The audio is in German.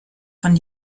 von